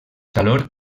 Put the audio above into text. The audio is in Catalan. calor